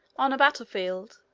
on a battle field,